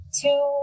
two